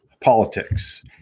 politics